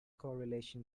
correlation